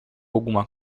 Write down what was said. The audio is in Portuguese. alguma